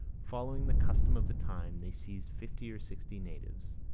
following the custom of the time, they seized fifty or sixty natives,